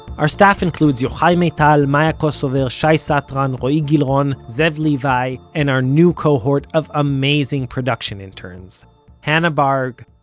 our staff includes yochai maital, maya kosover, shai satran, roee gilron, zev levi and our new cohort of amazing production interns hannah barg,